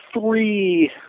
three